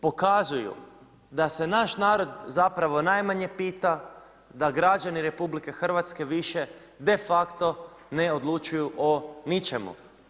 Pokazuju da se naš narod, zapravo, najmanje pita da građani RH više defakto ne odlučuju o ničemu.